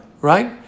right